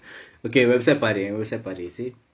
okay WhatsApp பாரு:paaru WhatsApp பாரு:paaru